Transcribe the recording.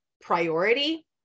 priority